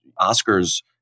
Oscars